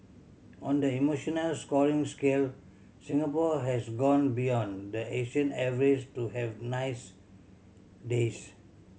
on the emotional scoring scale Singapore has gone beyond the Asian average to have nice days